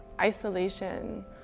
isolation